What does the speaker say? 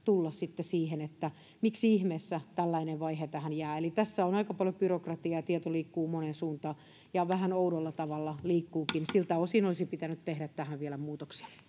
tullaan sitten siihen että miksi ihmeessä tällainen vaihe tähän jää eli tässä on aika paljon byrokratiaa tieto liikkuu moneen suuntaan ja vähän oudolla tavalla liikkuukin siltä osin olisi pitänyt tehdä tähän vielä muutoksia